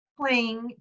playing